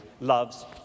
loves